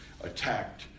attacked